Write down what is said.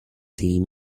team